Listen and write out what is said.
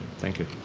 thank you.